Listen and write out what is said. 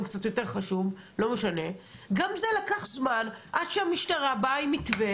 עד שלא יהיה לי מתווה